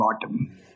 bottom